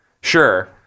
Sure